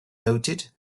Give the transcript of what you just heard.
noted